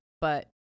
but-